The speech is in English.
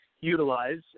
utilize